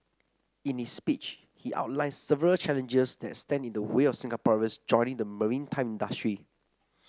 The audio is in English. in his speech he outlined several challenges that stand in the way of Singaporeans joining the maritime industry